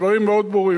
הדברים מאוד ברורים.